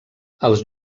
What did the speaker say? els